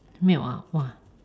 milk ah !wah!